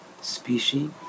species